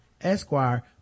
Esquire